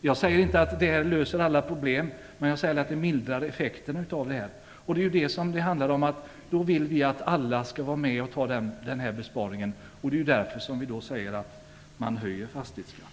Jag säger inte att förslaget löser alla problem, men jag säger att det mildrar effekterna. Vi vill att alla skall vara med och ta besparingen, och det är därför vi vill höja fastighetsskatten.